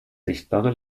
sichtbare